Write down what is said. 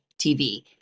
TV